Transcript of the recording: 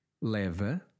Leva